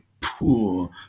poor